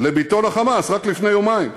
לביטאון ה"חמאס", רק לפני יומיים: